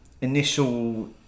initial